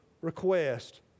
request